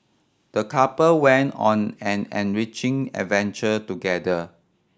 the couple went on an enriching adventure together